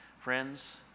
friends